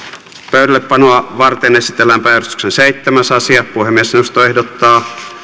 pöydällepanoa varten esitellään päiväjärjestyksen seitsemäs asia puhemiesneuvosto ehdottaa